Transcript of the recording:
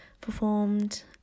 performed